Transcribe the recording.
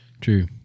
true